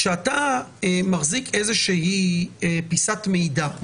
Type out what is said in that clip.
כשאתה מחזיק פיסת מידע,